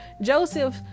Joseph